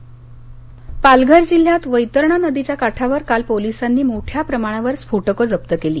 पालघर पालघर जिल्ह्यात वैतरणा नदीच्या काठावर काल पोलिसांनी मोठ्या प्रमाणावर स्फोटकं जप्त केली